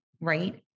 right